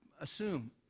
assume